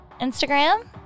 Instagram